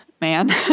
man